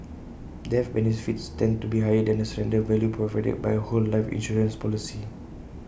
death benefits tend to be higher than the surrender value provided by A whole life insurance policy